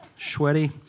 sweaty